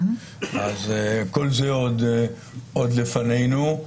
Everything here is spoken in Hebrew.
כל זה עוד לפנינו,